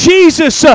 Jesus